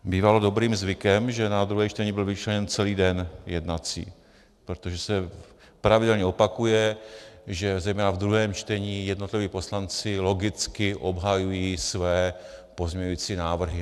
Bývalo dobrým zvykem, že na druhé čtení byl vyčleněn celý jednací den, protože se pravidelně opakuje, že zejména ve druhém čtení jednotliví poslanci logicky obhajují své pozměňující návrhy.